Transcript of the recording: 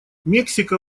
мексика